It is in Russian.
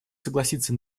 согласиться